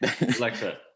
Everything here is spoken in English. Alexa